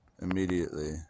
immediately